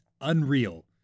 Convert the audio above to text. unreal